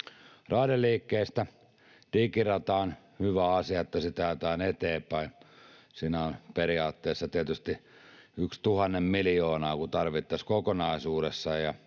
Raideliikenteestä: Digirata on hyvä asia, se, että sitä ajetaan eteenpäin. Siinä on periaatteessa tietysti yksi tuhannen miljoonaa kun tarvittaisiin kokonaisuudessaan,